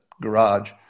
garage